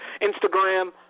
Instagram